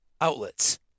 outlets